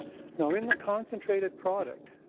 now, in the concentrated product,